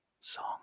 song